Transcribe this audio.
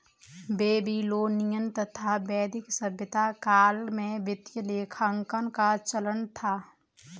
Babylonian तथा वैदिक सभ्यता काल में वित्तीय लेखांकन का चलन था